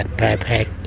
and payback.